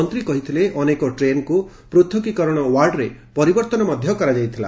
ମନ୍ତ୍ରୀ କହିଥିଲେ ଅନେକ ଟ୍ରେନ୍କୁ ପୂଥକୀକରଣ ୱାର୍ଡ଼ରେ ପରିବର୍ତ୍ତନ କରାଯାଇଥିଲା